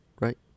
right